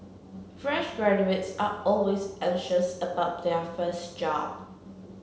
fresh graduates are always anxious about their first job